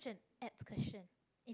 such an apt question